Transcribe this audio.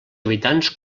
habitants